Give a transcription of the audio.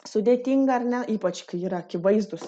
sudėtinga ar ne ypač kai yra akivaizdūs